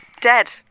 dead